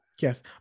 Yes